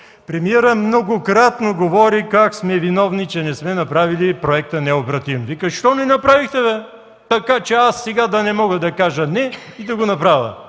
Премиерът многократно говори как сме виновни, че не сме направили проекта необратим. Вика: „Защо не направихте, бе? Така че аз сега да не мога да кажа „не” и да го направя